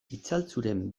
itzaltzuren